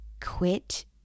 quit